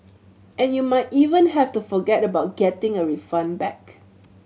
and you might even have to forget about getting a refund back